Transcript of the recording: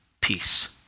peace